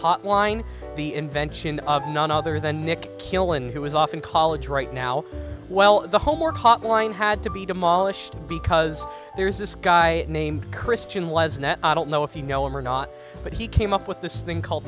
cot line the invention of none other than nick killen who was off in college right now well the homework hotline had to be demolished because there's this guy named christian was that i don't know if you know him or not but he came up with this thing called